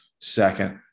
second